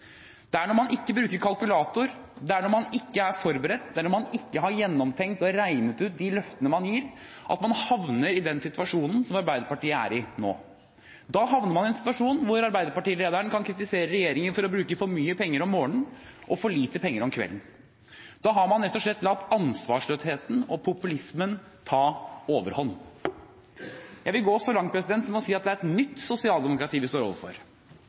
Det er når man ikke bruker kalkulator, det er når man ikke er forberedt, det er når man ikke har tenkt igjennom og regnet på de løftene man gir, at man havner i den situasjonen som Arbeiderpartiet er i nå, en situasjon hvor arbeiderpartilederen kan kritisere regjeringen for å bruke for mye penger om morgenen og for lite penger om kvelden. Da har man rett og slett latt ansvarsløsheten og populismen ta overhånd. Jeg vil gå så langt som å si at det er et nytt sosialdemokrati vi står overfor,